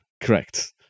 Correct